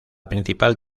principal